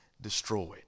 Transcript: destroyed